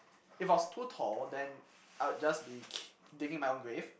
if I was too tall then I'd just be ki~ digging my own grave